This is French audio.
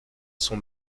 son